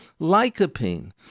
Lycopene